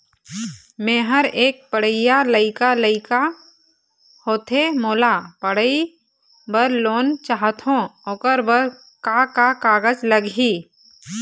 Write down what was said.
मेहर एक पढ़इया लइका लइका होथे मोला पढ़ई बर लोन चाहथों ओकर बर का का कागज लगही?